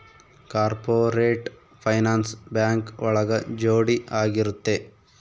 corporate finance bank ಒಳಗ ಜೋಡಿ ಆಗಿರುತ್ತೆ